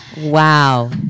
Wow